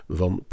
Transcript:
van